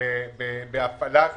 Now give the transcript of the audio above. בהפעלת